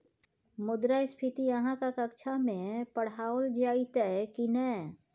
मुद्रास्फीति अहाँक कक्षामे पढ़ाओल जाइत यै की नै?